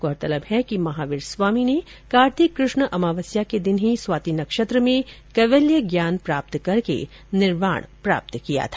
गौरतलब है कि महावीर स्वामी ने कार्तिक कृष्ण अमावस्या के दिन ही स्वाति नक्षत्र में कैवल्य ज्ञान प्राप्त करके निर्वाण प्राप्त किया था